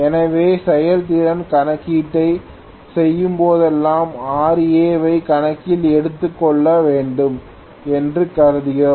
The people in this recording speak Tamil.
எனவே செயல்திறன் கணக்கீட்டைச் செய்யும்போதெல்லாம் Ra வை கணக்கில் எடுத்துக்கொள்ளப்பட வேண்டும் என்று கருதுவோம்